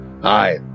Hi